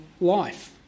life